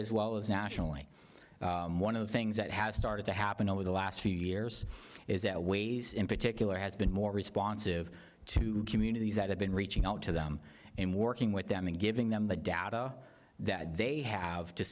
as well as nationally one of the things that has started to happen over the last few years is that ways in particular has been more responsive to communities that have been reaching out to them in working with them and giving them the data that they have to